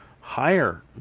higher